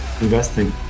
Investing